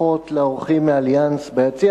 ברכות לאורחים מ"אליאנס" ביציע.